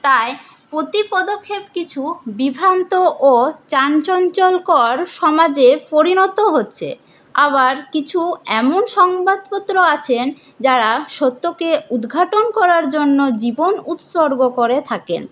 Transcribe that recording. তাই প্রতি পদক্ষেপ পিছু বিভ্রান্ত ও চাঞ্চল্যকর সমাজে পরিণত হচ্ছে আবার কিছু এমন সংবাদপত্র আছেন যারা সত্যকে উদঘাটন করার জন্য জীবন উৎসর্গ করে থাকেন